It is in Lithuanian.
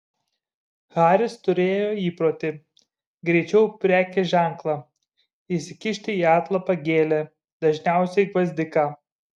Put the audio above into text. haris turėjo įprotį greičiau prekės ženklą įsikišti į atlapą gėlę dažniausiai gvazdiką